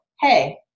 Hey